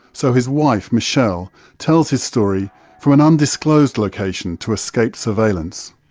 so his wife michele tells his story from an undisclosed location to escape surveillance.